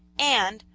and,